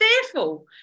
fearful